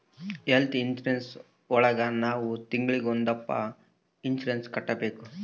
health insurance ಒಳಗ ನಾವ್ ತಿಂಗ್ಳಿಗೊಂದಪ್ಪ ಇನ್ಸೂರೆನ್ಸ್ ಕಟ್ಟ್ಬೇಕು